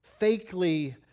fakely